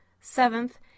seventh